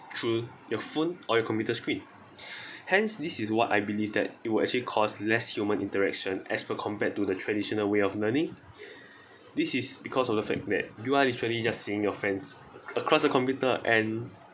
through your phone or your computer screen hence this is what I believe that it will actually cause less human interaction as per compared to the traditional way of learning this is because of the fact that you are literally just seeing your friends across the computer and